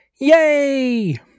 yay